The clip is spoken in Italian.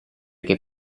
che